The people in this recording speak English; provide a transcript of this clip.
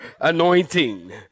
anointing